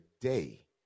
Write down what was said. day